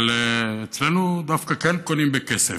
אבל אצלנו דווקא כן קונים בכסף.